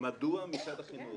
מדוע משרד החינוך